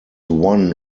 one